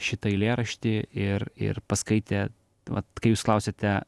šitą eilėraštį ir ir paskaitė vat kai jūs klausiate